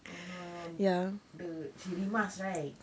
I know I know the she rimas right